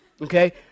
Okay